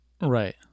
Right